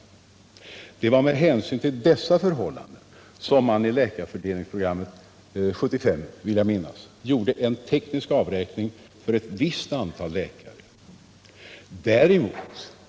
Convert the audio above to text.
13 december 1977 Det var med hänsyn till dessa förhållanden som man i läkarfördelningsprogrammet 1975 gjorde en teknisk avräkning för ett visst antal = Individuell taxeläkare.